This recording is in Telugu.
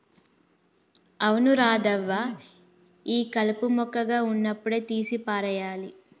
అవును రాధవ్వ ఈ కలుపు మొక్కగా ఉన్నప్పుడే తీసి పారేయాలి